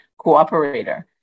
cooperator